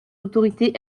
autorités